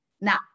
Now